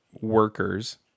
workers